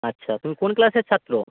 আচ্ছা তুমি কোন ক্লাসের ছাত্র